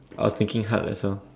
I was thinking hard as well